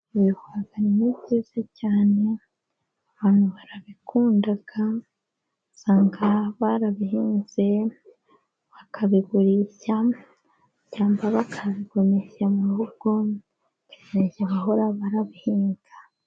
Ibihwagari ni byiza cyane, abantu barabikunda, nsanga barabihinze, bakabigurisha cyangwa bakabigumisha mu rugo, bakajya bahora barabihinga.